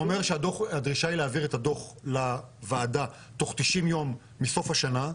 אומר שהדרישה היא להעביר את הדו"ח לוועדה בתוך 90 ימים מסוף השנה,